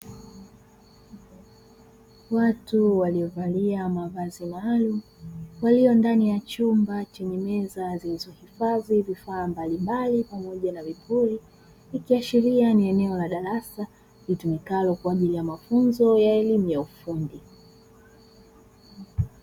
Watu waliovalia mavazi maalumu walio ndani ya chumba chenye meza zilizohifadhi vifaa mbalimbali pamoja na vipuri, ikiashiria ni eneo la darasa litumikalo kwa ajili ya mafunzo ya elimu ya ufundi.